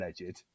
alleged